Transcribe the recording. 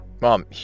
Mom